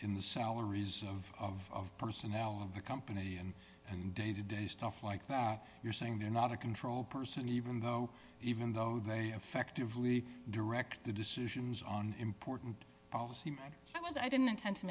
in the salaries of personnel of the company and and day to day stuff like that you're saying they're not a control person even though even though they effectively direct the decisions on important policy matters i was i didn't intend to